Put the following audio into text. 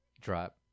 drop